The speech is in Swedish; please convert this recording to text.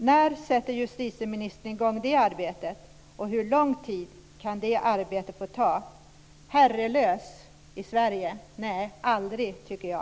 När sätter justitieministern i gång det arbetet, och hur lång tid kan det arbetet få ta? Herrelös i Sverige? Nej, aldrig tycker jag.